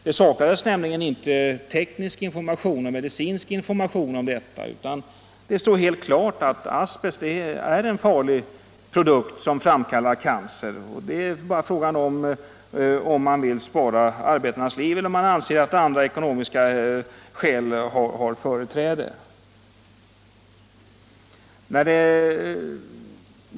Det saknades nämligen inte teknisk och medicinsk information utan det stod helt klart alt asbest är en farlig produkt som framkallar cancer. Det var bara fråga om man ville spara arbetarnas liv eller ansåg att andra, ekonomiska, skäl hade företräde.